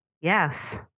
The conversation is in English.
Yes